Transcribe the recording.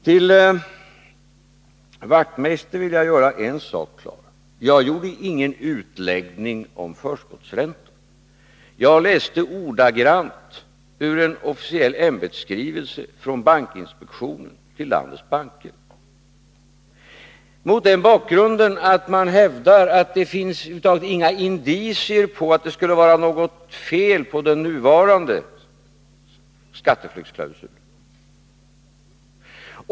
För Knut Wachtmeister vill jag klargöra en sak: Jag gjorde ingen utläggning om förskottsränta. Jag läste ordagrant ur en officiell ämbetsskrivelse från bankinspektionen till landets banker. Jag gjorde mot den bakgrunden att man hävdar att det över huvud taget inte finns några indicier på att det skulle vara något fel på den nuvarande skatteflyktsklausulen.